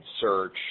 search